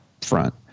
front